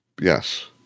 Yes